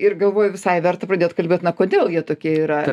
ir galvoju visai verta pradėt kalbėt na kodėl jie tokie yra